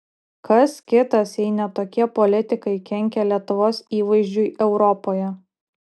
kas kitas jei ne tokie politikai kenkia lietuvos įvaizdžiui europoje